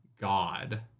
God